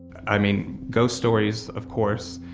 i mean ghost stories of course,